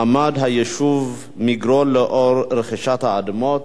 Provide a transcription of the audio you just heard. מעמד היישוב מגרון לאור רכישת האדמות,